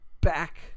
back